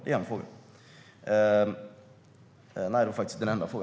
Det är min enda fråga.